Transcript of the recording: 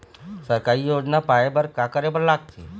सरकारी योजना पाए बर का करे बर लागथे?